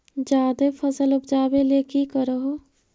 जादे फसल उपजाबे ले की कर हो?